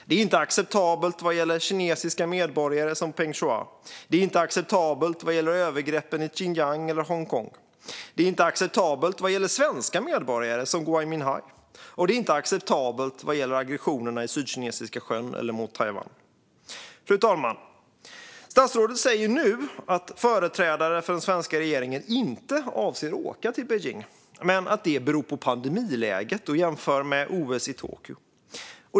Det är inte acceptabelt vad gäller kinesiska medborgare som Peng Shuai. Det är inte acceptabelt vad gäller övergreppen i Xinjiang eller Hongkong. Det är inte acceptabelt vad gäller svenska medborgare som Gui Minhai. Och det är inte acceptabelt vad gäller aggressionerna i Sydkinesiska sjön eller mot Taiwan. Fru talman! Statsrådet säger nu att företrädare för den svenska regeringen inte avser att åka till Beijing men att det beror på pandemiläget, och han jämför med OS i Tokyo.